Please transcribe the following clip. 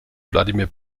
wladimir